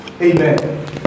Amen